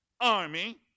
army